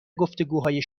گفتگوهای